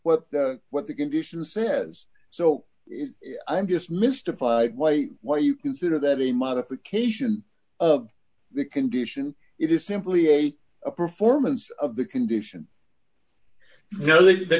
what what the condition says so i'm just mystified why why you consider that a modification of the condition it is simply a performance of the condition